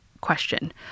question